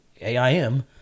AIM